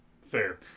fair